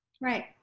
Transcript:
Right